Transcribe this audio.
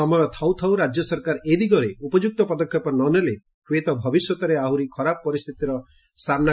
ସମୟ ଥାଉଥାଉ ରାକ୍ୟ ସରକାର ଏ ଦିଗରେ ଉପଯୁକ୍ତ ପଦକ୍ଷେପ ନ ନେଲେ ହୁଏତ ଭବିଷ୍ୟତରେ ଆହୁରି ଖରାପ ପରିସ୍ଚିତିର ସାମୁ